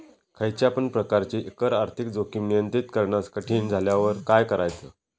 खयच्या पण प्रकारची कर आर्थिक जोखीम नियंत्रित करणा कठीण झाल्यावर काय करायचा?